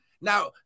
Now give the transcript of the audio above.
Now